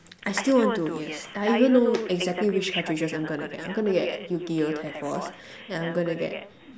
I still want to yes I even know exactly which cartridges I'm gonna get I'm gonna get yu-gi-oh tag force and I'm gonna get